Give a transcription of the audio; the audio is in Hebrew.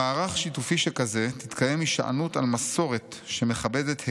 במערך שיתופי שכזה תתקיים הישענות על מסורת שמכבדת הקשר,